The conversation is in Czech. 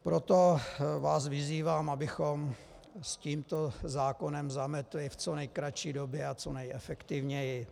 Proto vás vyzývám, abychom s tímto zákonem zametli v co nejkratší době a co nejefektivněji.